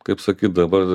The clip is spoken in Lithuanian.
kaip sakyt dabar